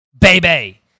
baby